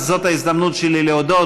אז זאת ההזדמנות שלי להודות,